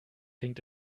hinkt